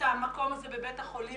המקום הזה בבית החולים